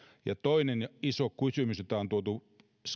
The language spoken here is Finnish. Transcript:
ja toinen iso kysymys jota on tuotu